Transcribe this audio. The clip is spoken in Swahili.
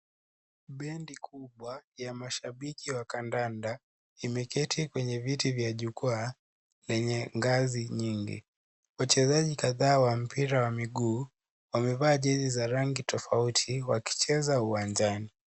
Bendi kubwa ya mashabiki wa kadanda imeketi kwenye viti vya jukwaa lenye ngazi nyingi. Wachezaji kadhaa wa mpira wa miguu, wamevaa jezi za rangi tofauti wakicheza uwanjani.